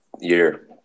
year